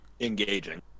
engaging